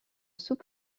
sous